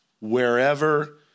wherever